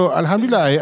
alhamdulillah